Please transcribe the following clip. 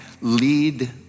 lead